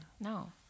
No